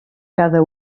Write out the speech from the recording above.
cada